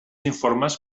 informes